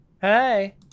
Hey